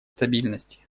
стабильности